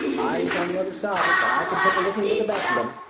i was on the other side but i can take a licking with the best of them.